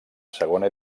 segona